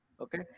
Okay